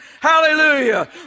Hallelujah